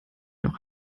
noch